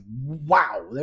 wow